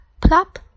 Plop